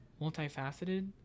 multifaceted